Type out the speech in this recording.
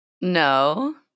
No